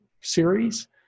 series